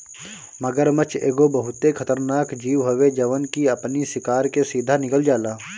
मगरमच्छ एगो बहुते खतरनाक जीव हवे जवन की अपनी शिकार के सीधा निगल जाला